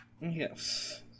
Yes